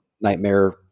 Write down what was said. Nightmare